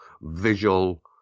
visual